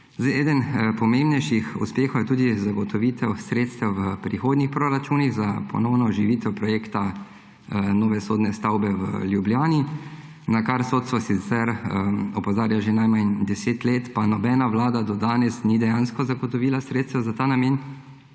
organi. Eden pomembnejših uspehov je tudi zagotovitev sredstev v prihodnjih proračunih za ponovno oživitev projekta nove sodne stavbe v Ljubljani, na kar sodstvo sicer opozarja že najmanj 10 let, pa nobena vlada do danes ni dejansko zagotovila sredstev za ta namen.